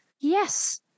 Yes